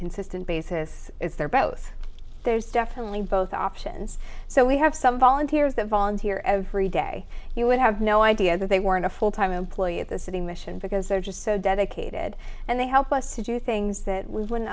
consistent basis is there both there's definitely both options so we have some volunteers the volunteer every day you would have no idea that they weren't a full time employee at the city mission because they're just so dedicated and they help us to do things that w